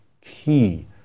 key